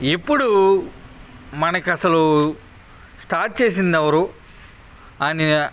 ఎప్పుడు మనకు అసలు స్టార్ట్ చేసింది ఎవరు ఆయన